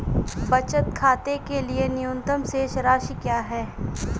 बचत खाते के लिए न्यूनतम शेष राशि क्या है?